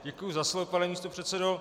Děkuji za slovo, pane místopředsedo.